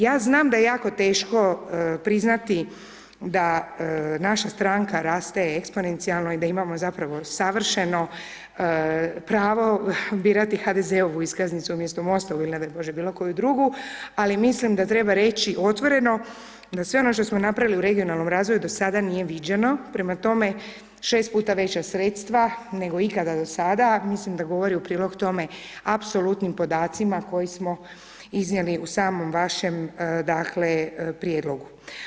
Ja znam da je jako teško priznati da naša stranka raste eksponencijalno i da imamo zapravo savršeno pravo birati HDZ-ovu iskaznicu umjesto Mostovu ili ne daj Bože bilo koju drugu, ali mislim da treba reći otvoreno za sve ono što smo napravili u regionalnom razvoju do sada nije viđeno, prema tome 6 puta već sredstva nego ikada do sada, milim da govori u prilog tome apsolutnim podacima koje smo iznijeli u samom vašem prijedlogu.